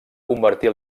convertir